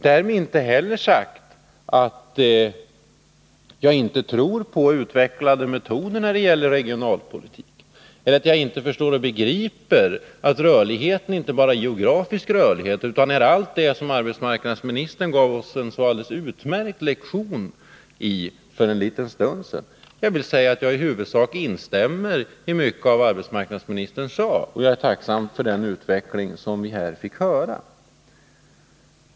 Därmed inte heller sagt att jag inte tror på utvecklade metoder när det gäller regionalpolitiken eller att jag inte begriper att rörlighet inte bara är geografisk rörlighet utan också allt det som arbetsmarknadsministern gav oss en så utmärkt lektion om för en liten stund sedan. Jag vill säga att jag instämmer i mycket av det som arbetsmarknadsministern sade, och jag är tacksam för den utveckling som vi här fick redovisad.